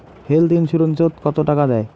Health insurance ওত কত টাকা দেয়?